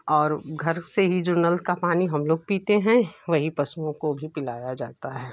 और घर से ही जो नल का पानी हम लोग पीते हैं वही पशुओं को भी पिलाया जाता है